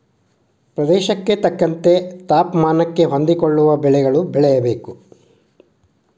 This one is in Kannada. ಪ್ರದೇಶಕ್ಕೆ ತಕ್ಕಂತೆ ತಾಪಮಾನಕ್ಕೆ ಹೊಂದಿಕೊಳ್ಳುವ ಬೆಳೆಗಳು ಬೆಳೆಯಬೇಕು